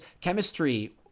chemistry